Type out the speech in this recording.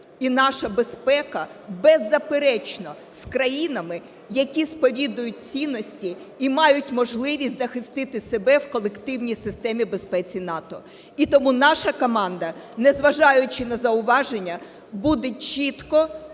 і наша безпека, беззаперечно, з країнами, які сповідують цінності і мають можливість захистити себе в колективній системі безпеки НАТО. І тому наша команда, незважаючи на зауваження, буде чітко